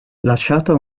lasciata